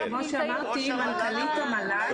כמו שאמרתי, מנכ"לית המל"ג,